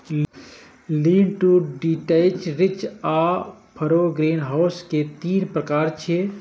lean to detached, ridge आ furrow greenhouse के तीन प्रकार छियै